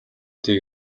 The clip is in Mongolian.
дээ